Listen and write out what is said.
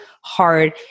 hard